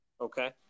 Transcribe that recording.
Okay